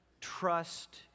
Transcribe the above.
trust